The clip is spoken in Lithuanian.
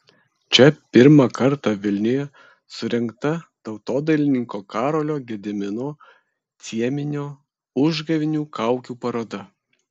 čia pirmą kartą vilniuje surengta tautodailininko karolio gedimino cieminio užgavėnių kaukių paroda